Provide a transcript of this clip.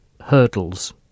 hurdles